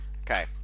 Okay